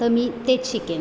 तर मी तेच शिकेन